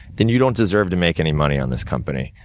then you don't deserve to make any money on this company.